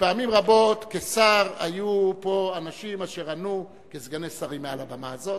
ופעמים רבות כשר היו פה אנשים אשר ענו כסגני שרים מעל הבמה הזאת.